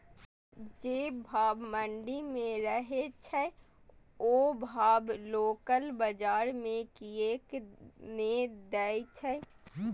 जे भाव मंडी में रहे छै ओ भाव लोकल बजार कीयेक ने दै छै?